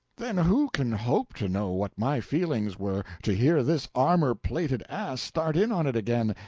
then who can hope to know what my feelings were, to hear this armor-plated ass start in on it again,